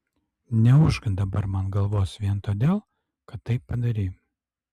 neūžk dabar man galvos vien todėl kad tai padarei